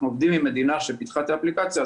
עובדים עם מדינה שאימצה את האפליקציה.